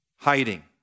Hiding